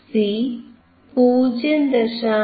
C 0